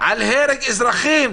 על הרג אזרחים.